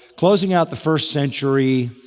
closing out the first century,